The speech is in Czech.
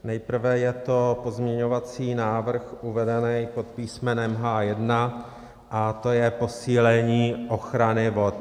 Nejprve je to pozměňovací návrh uvedený pod písmenem H1, je to posílení ochrany vod.